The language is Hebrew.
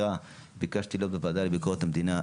וביקשתי להיות בוועדה לביקורת המדינה.